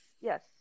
Yes